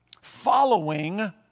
following